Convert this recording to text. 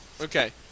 okay